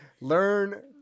learn